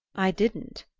i didn't,